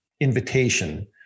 invitation